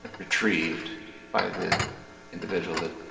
retrieved by the individual that